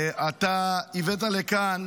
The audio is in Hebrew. אתה הבאת לכאן